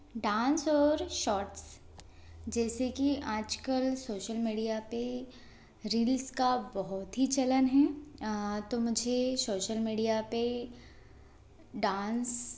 dance और shots जैसे कि आज कल सोशल मीडिया पर रील्स का बहुत ही चलन है तो मुझे शोशल मीडिया पर डांस